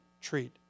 treat